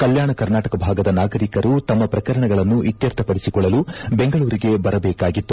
ಕಲ್ಯಾಣ ಕರ್ನಾಟಕ ಭಾಗದ ನಾಗರೀಕರು ತಮ್ಮ ಪ್ರಕರಣಗಳನ್ನು ಇತ್ತರ್ಥ ಪಡಿಸಿಕೊಳ್ಳಲು ಬೆಂಗಳೂರಿಗೆ ಬರಬೇಕಾಗಿತ್ತು